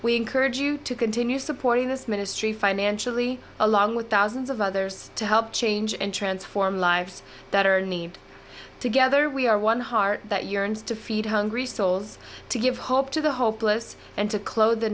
we encourage you to continue supporting this ministry financially along with thousands of others to help change and transform lives that are need together we are one heart that yearns to feed hungry souls to give hope to the hopeless and to clothe the